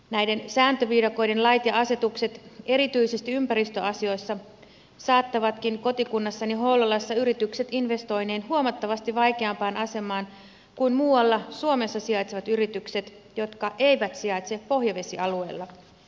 näiden sääntöviidakoiden lait ja asetukset erityisesti ympäristöasioissa saattavatkin kotikunnassani hollolassa yrityk set investointeineen huomattavasti vaikeampaan asemaan kuin muualla suomessa sijaitsevat yritykset jotka eivät sijaitse pohjavesialueella